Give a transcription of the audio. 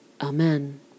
Amen